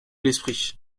l’esprit